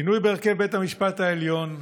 שינוי בהרכב בית המשפט העליון,